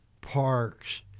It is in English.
parks